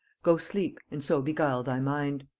go sleep and so beguile thy mind.